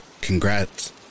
Congrats